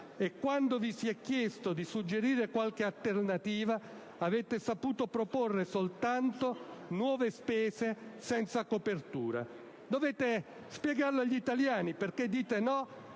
e, quando vi si è chiesto di suggerire qualche alternativa, avete saputo proporre soltanto nuove spese senza copertura. Dovrete spiegarlo agli italiani perché dite no